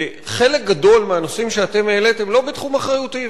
חלק גדול מהנושאים שאתם העליתם לא בתחום אחריותי,